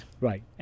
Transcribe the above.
Right